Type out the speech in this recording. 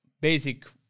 basic